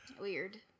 Weird